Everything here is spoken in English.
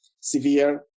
severe